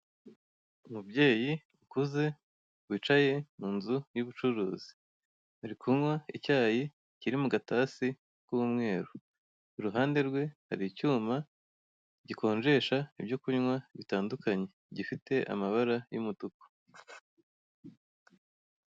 Umubyeyi ukuze, wicaye mu nzu y'ubucuruzi. Ari kunywa icyayi kiri mu gatasi k'umweru. Iruhande rwe hari icyuma gikonjesha ibyo kunywa bitandukanye gifite amabara y'umutuku.